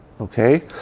okay